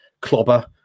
clobber